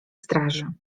straży